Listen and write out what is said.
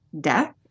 death